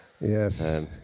yes